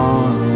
on